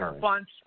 bunch